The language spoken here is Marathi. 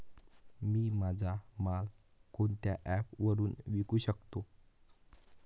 मी माझा माल कोणत्या ॲप वरुन विकू शकतो?